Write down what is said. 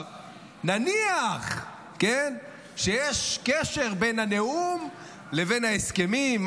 נניח שיש קשר בין הנאום לבין ההסכמים,